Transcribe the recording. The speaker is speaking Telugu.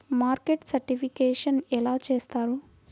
మార్కెట్ సర్టిఫికేషన్ ఎలా చేస్తారు?